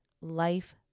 life